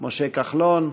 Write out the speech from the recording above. משה כחלון.